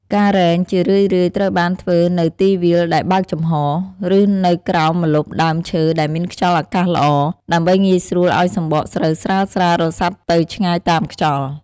ការរែង ជារឿយៗត្រូវបានធ្វើនៅទីវាលដែលបើកចំហរ ឬនៅក្រោមម្លប់ដើមឈើដែលមានខ្យល់អាកាសល្អ ដើម្បីងាយស្រួលឱ្យសម្បកស្រូវស្រាលៗរសាត់ទៅឆ្ងាយតាមខ្យល់។